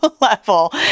level